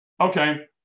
Okay